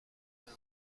bill